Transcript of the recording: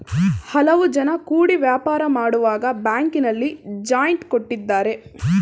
ಹಲವು ಜನ ಕೂಡಿ ವ್ಯಾಪಾರ ಮಾಡುವಾಗ ಬ್ಯಾಂಕಿನಲ್ಲಿ ಜಾಯಿಂಟ್ ಕೊಟ್ಟಿದ್ದಾರೆ